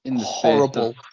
horrible